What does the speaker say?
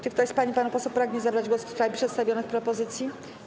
Czy ktoś z pań i panów posłów pragnie zabrać głos w sprawie przedstawionych propozycji?